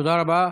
תודה רבה.